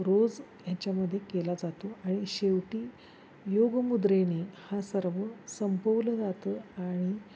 रोज ह्याच्यामध्ये केला जातो आणि शेवटी योगमुद्रेने हा सर्व संपवलं जातं आणि